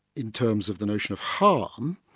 in terms of the notion of harm,